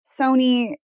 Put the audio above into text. sony